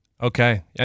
Okay